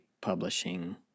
publishing